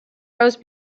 roast